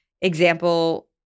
example